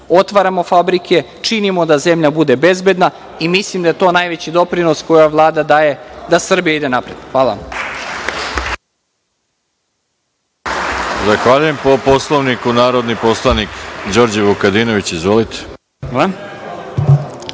otvaramo fabrike, činimo da zemlja bude bezbedna i mislim da je to najveći doprinos koji Vlada daje da Srbija ide napred. Hvala.